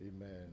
amen